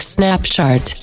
Snapchat